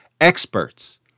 experts